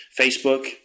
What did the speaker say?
Facebook